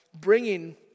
bringing